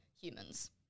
humans